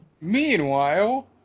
Meanwhile